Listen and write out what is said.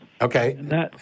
Okay